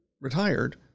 retired